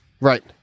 Right